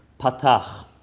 patach